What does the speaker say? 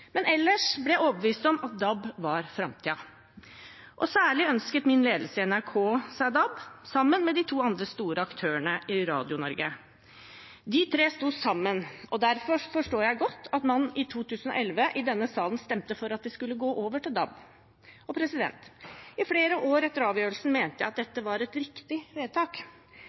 men ellers ble jeg overbevist om at DAB var framtiden. Særlig var det min ledelse i NRK som ønsket seg DAB, sammen med de to andre store aktørene i Radio-Norge. De tre sto sammen, og derfor forstår jeg godt at man i 2011 i denne salen stemte for at vi skulle gå over til DAB. I flere år etter avgjørelsen mente jeg at det var et riktig vedtak.